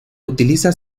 utiliza